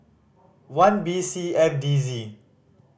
one B C F D Z